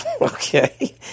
okay